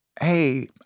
hey